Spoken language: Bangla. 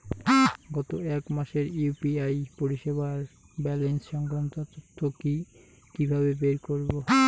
গত এক মাসের ইউ.পি.আই পরিষেবার ব্যালান্স সংক্রান্ত তথ্য কি কিভাবে বের করব?